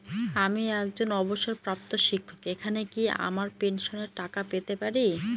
আমি একজন অবসরপ্রাপ্ত শিক্ষক এখানে কি আমার পেনশনের টাকা পেতে পারি?